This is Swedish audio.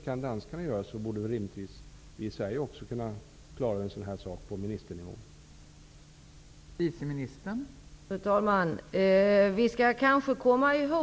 Om danskarna kan klara en sådan sak på ministernivå, borde vi också kunna göra det.